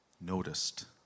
noticed